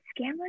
scammers